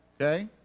okay